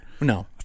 No